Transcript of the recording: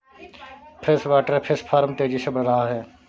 freshwater fish farm तेजी से बढ़ रहा है